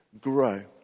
grow